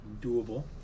doable